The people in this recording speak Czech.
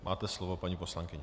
Máte slovo, paní poslankyně.